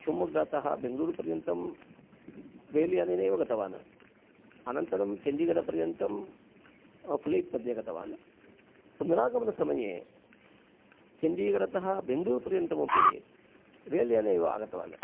शिव्मोग्गातः बेङ्गलूरूपर्यन्तं रेल् यानेन एव गतवान अनन्तरं चण्डिगड् पर्यन्तं फ्लैट् मध्ये गतवान् पुनरागमनसमये चण्डिगडतः बेङ्गलूरुपर्यन्तमपि रेल् याने एव आगतवान्